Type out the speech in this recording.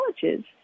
colleges